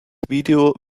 video